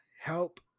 help